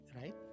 right